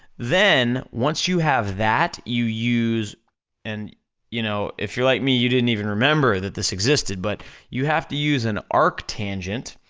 then, once you have that, you use and you know, if you're like me, you didn't even remember that this existed, but you have to use an arc tangent,